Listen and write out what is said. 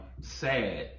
sad